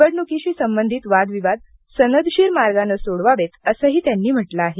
निवडणुकीशी संबधित वादविवाद सनदशीर मार्गाने सोडवावेत असेही त्यांनी म्हटले आहे